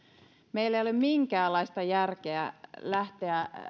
meillä ei ole minkäänlaista järkeä lähteä